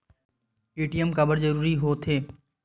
ATM काबर जरूरी हो थे?